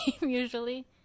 usually